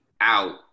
out